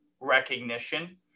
recognition